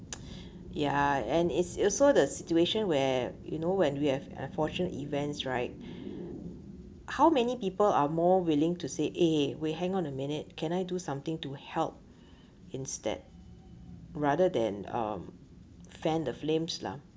ya and it's also the situation where you know when we have unfortunate events right how many people are more willing to say eh we hang on a minute can I do something to help instead rather than um fan the flames lah